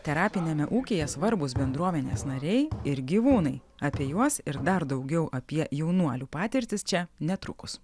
terapiniame ūkyje svarbūs bendruomenės nariai ir gyvūnai apie juos ir dar daugiau apie jaunuolių patirtis čia netrukus